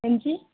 अंजी